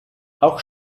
auch